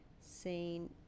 seen